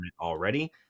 already